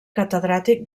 catedràtic